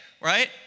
right